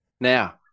Now